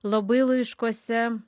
labai laiškuose